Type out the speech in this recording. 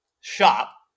shop